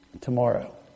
tomorrow